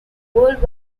world